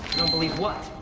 believe what?